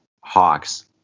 Hawks